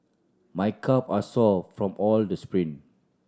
my calve are sore from all the sprint